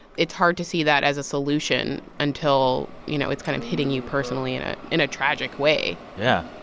it's hard to see that as a solution until, you know, it's kind of hitting you personally in ah in a tragic way yeah.